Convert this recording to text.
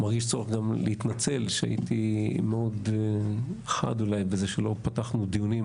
מרגיש צורך גם להתנצל שהייתי מאוד חד אולי בזה שלא פתחנו דיונים